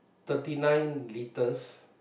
thirty nine liters